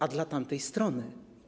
A dla tamtej strony.